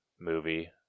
movie